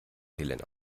helena